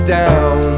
down